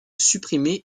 supprimer